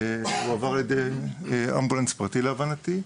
הוא הועבר באמצעות הסעה של אמבולנס פרטי אם הבנתי נכון.